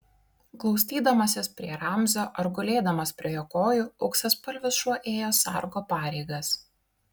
glaustydamasis prie ramzio ar gulėdamas prie jo kojų auksaspalvis šuo ėjo sargo pareigas